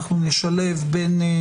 אנחנו נשלב בין